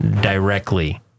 directly